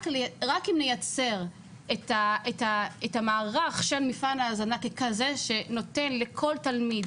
רק אם נייצר את המערך של מפעל ההזנה ככזה שנותן לכל תלמיד